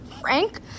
Frank